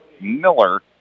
Miller